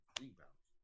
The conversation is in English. rebounds